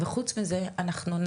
וחוץ מזה אנחנו,